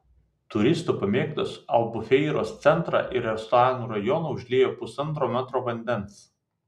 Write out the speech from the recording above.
turistų pamėgtos albufeiros centrą ir restoranų rajoną užliejo pusantro metro vandens